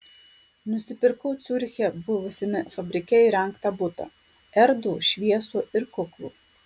nusipirkau ciuriche buvusiame fabrike įrengtą butą erdvų šviesų ir kuklų